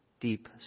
deep